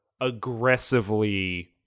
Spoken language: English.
aggressively –